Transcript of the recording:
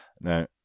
Now